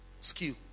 skill